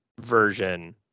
version